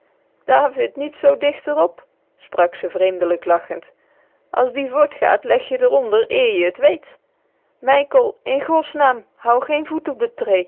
david niet zoo dicht r op sprak ze vreemdelijk lachend as die vort gaat leg je d'r onder eer je t weet mijkel in gosnaam hou geen voet op